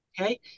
Okay